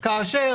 אם כבר